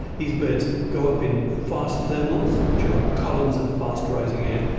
these birds go up in fast thermals, which are like columns of fast rising air,